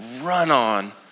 run-on